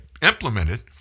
implemented